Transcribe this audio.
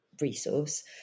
resource